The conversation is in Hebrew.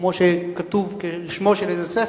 כמו שכתוב שמו של איזה ספר,